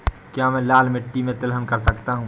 क्या मैं लाल मिट्टी में तिलहन कर सकता हूँ?